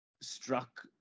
Struck